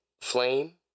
flame